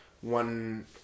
one